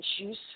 issues